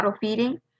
feeding